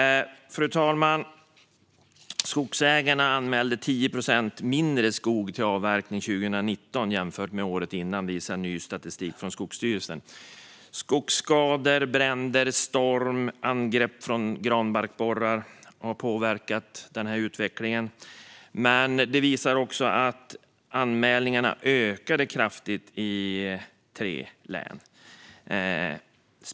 Fru talman! Skogsägarna anmälde 10 procent mindre skog för avverkning 2019 jämfört med året innan, visar ny statistik från Skogsstyrelsen. Skogsskador till följd av bränder, storm och angrepp av granbarkborre har påverkat utvecklingen. Statistiken visar också att anmälningarna ökade kraftigt i tre län.